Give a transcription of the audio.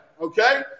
okay